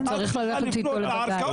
את צריכה לפנות לערכאות,